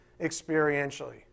experientially